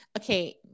okay